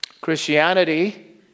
Christianity